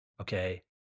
Okay